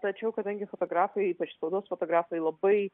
tačiau kadangi fotografai ypač spaudos fotografai labai